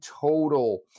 total